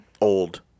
old